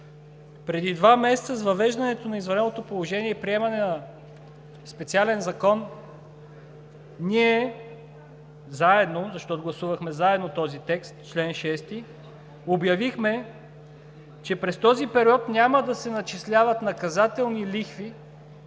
Преди два месеца с въвеждането на извънредното положение и приемане на специален закон, ние заедно, защото гласувахме заедно този текст – чл. 6 обявихме, че през този период няма да се начисляват наказателни лихви,